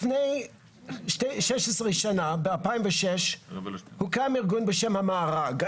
לפני 16 שנה ב-2006 הוקם ארגון בשם המארג,